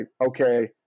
okay